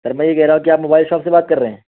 سر میں یہ کہہ رہا کہ آپ موبائل شاپ سے بات کر رہے ہیں